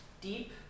Deep